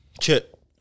Chip